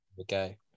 Okay